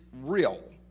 real